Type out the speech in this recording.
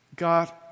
God